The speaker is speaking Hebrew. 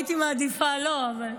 הייתי מעדיפה שלא.